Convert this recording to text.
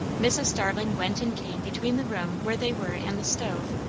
mrs. starling went and came between the room where they were and the stove,